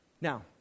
Now